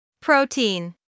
Protein